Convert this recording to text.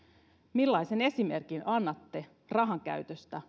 millaisen esimerkin annatte rahankäytöstä